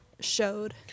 showed